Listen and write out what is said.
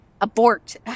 abort